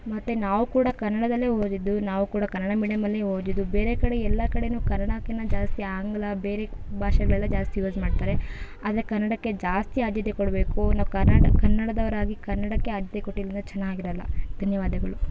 ಮತ್ತು ನಾವು ಕೂಡ ಕನ್ನಡದಲ್ಲೇ ಓದಿದ್ದು ನಾವು ಕೂಡ ಕನ್ನಡ ಮೀಡಿಯಮ್ಮಲ್ಲೇ ಓದಿದ್ದು ಬೇರೆ ಕಡೆ ಎಲ್ಲ ಕಡೆನೂ ಕನ್ನಡಕ್ಕಿಂತ ಜಾಸ್ತಿ ಆಂಗ್ಲ ಬೇರೆ ಭಾಷೆಗಳೆಲ್ಲ ಜಾಸ್ತಿ ಯೂಸ್ ಮಾಡ್ತಾರೆ ಆದರೆ ಕನ್ನಡಕ್ಕೆ ಜಾಸ್ತಿ ಆದ್ಯತೆ ಕೊಡಬೇಕು ನಾವು ಕರ್ನಾಡ ಕನ್ನಡದವರಾಗಿ ಕನ್ನಡಕ್ಕೆ ಆದ್ಯತೆ ಕೊಟ್ಟಿಲ್ಲಾಂದ್ರೆ ಚೆನ್ನಾಗಿರಲ್ಲ ಧನ್ಯವಾದಗಳು